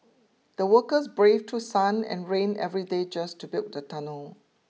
the workers braved through sun and rain every day just to build the tunnel